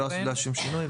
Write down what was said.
לא היה שום שינוי.